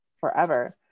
forever